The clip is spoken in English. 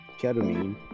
ketamine